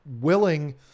willing